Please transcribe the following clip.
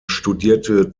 studierte